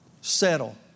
settle